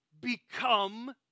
become